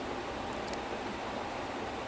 oh do you watch term tamil movies